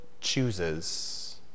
chooses